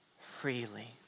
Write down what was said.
freely